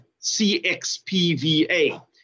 CXPVA